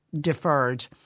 deferred